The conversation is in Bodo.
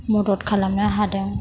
मदद खालामनो हादों